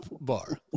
Bar